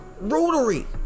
rotary